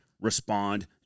respond